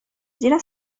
زیرا